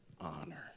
honor